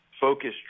focused